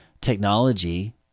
Technology